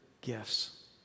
gifts